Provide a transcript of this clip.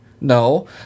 No